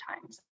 times